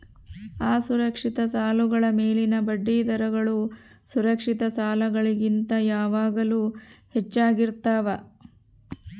ಅಸುರಕ್ಷಿತ ಸಾಲಗಳ ಮೇಲಿನ ಬಡ್ಡಿದರಗಳು ಸುರಕ್ಷಿತ ಸಾಲಗಳಿಗಿಂತ ಯಾವಾಗಲೂ ಹೆಚ್ಚಾಗಿರ್ತವ